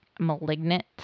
malignant